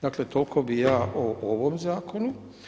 Dakle, toliko bi ja o ovom zakonu.